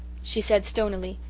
she said stonily,